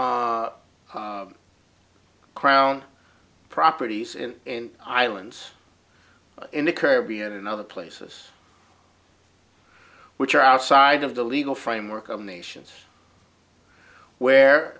crown properties in and islands in the caribbean and other places which are outside of the legal framework of nations where